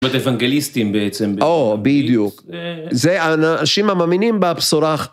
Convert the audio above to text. אבל אוונגליסטים בעצם. או, בדיוק. זה אנשים המאמינים בבשורה אחת.